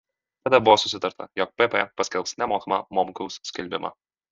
tada buvo susitarta jog pp paskelbs nemokamą momkaus skelbimą